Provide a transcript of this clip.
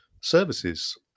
services